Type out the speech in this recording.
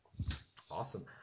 Awesome